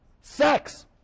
Sex